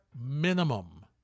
minimum